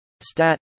stat